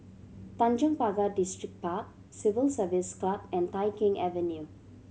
Tanjong Pagar Distripark Civil Service Club and Tai Keng Avenue